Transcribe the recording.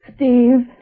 Steve